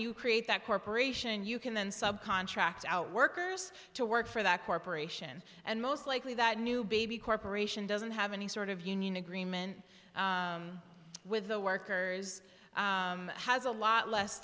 you create that corporation you can then subcontract out workers to work for that corporation and most likely that new baby corporation doesn't have any sort of union agreement with the workers has a lot less